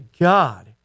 God